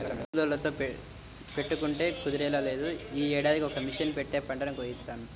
కూలోళ్ళతో పెట్టుకుంటే కుదిరేలా లేదు, యీ ఏడాదికి ఇక మిషన్ పెట్టే పంటని కోయిత్తాను